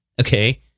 Okay